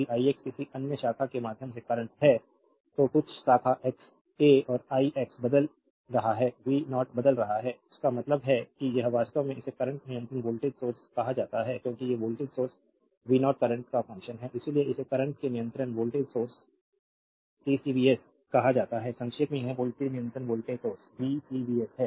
यदि i x किसी अन्य शाखा के माध्यम से करंट है तो कुछ शाखा x a और i x बदल रहा है v 0 बदल रहा है इसका मतलब है कि यह वास्तव में इसे करंट नियंत्रित वोल्टेज सोर्स कहा जाता है क्योंकि ये वोल्टेज सोर्स v 0 करंट का फंक्शन है इसीलिए इसे करंट में नियंत्रित वोल्टेज सोर्स CCVS कहा जाता है संक्षेप में यह वोल्टेज नियंत्रित वोल्टेज सोर्स VCVS है